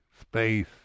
space